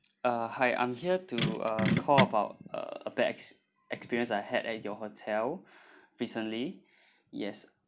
uh hi I'm here to uh call about a a bad experience I had at your hotel recently yes